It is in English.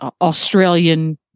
Australian